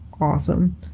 awesome